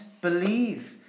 Believe